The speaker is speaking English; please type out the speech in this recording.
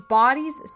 bodies